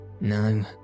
No